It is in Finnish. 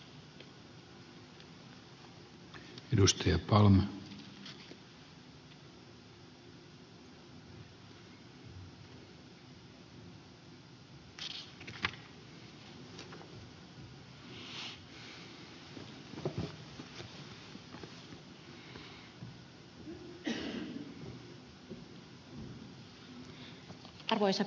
arvoisa puhemies